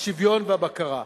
השוויון והבקרה.